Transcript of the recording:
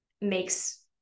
makes